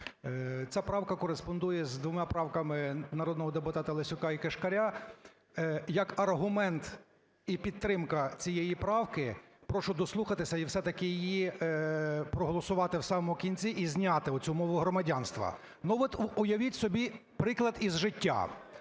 ця правка кореспондує з двома правками: народного депутата Лесюка і Кишкаря. Як аргумент і підтримка цієї правки, прошу дослухатися і все-таки її проголосувати в самому кінці - і зняти цю "мову громадянства". Ну от уявіть собі приклад із життя.